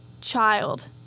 child